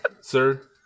sir